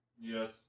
Yes